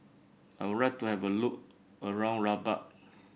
I would like to have a look around Rabat